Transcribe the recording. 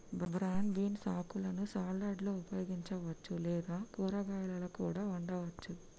broad beans ఆకులను సలాడ్లలో ఉపయోగించవచ్చు లేదా కూరగాయాలా కూడా వండవచ్చు